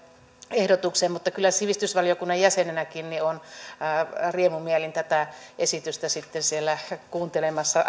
ehdotuksen mutta kyllä sivistysvaliokunnan jäsenenäkin olen riemumielin tätä esitystä sitten siellä kuuntelemassa